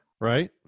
Right